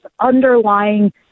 underlying